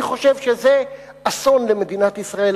אני חושב שזה אסון למדינת ישראל,